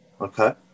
Okay